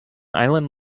island